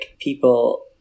people